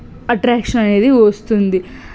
attraction అనేది వస్తుంది